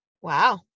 Wow